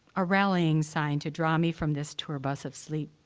a rallying sign to draw me from this tour bus of sleep